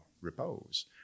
repose